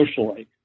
socially